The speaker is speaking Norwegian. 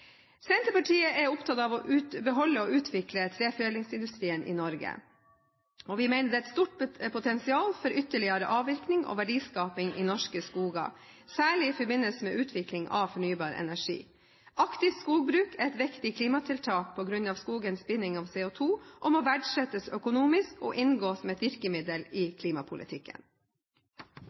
Senterpartiet er opptatt av å beholde og utvikle treforedlingsindustrien i Norge. Vi mener det er et stort potensial for ytterligere avvirkning og verdiskaping i norske skoger, særlig i forbindelse med utvikling av fornybar energi. Aktivt skogbruk er et viktig klimatiltak på grunn av skogens binding av CO2 og må verdsettes økonomisk og inngå som et virkemiddel i klimapolitikken.